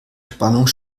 spannung